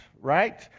right